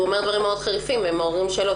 הוא אומר דברים מאוד חריפים והם מעוררים שאלות.